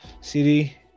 CD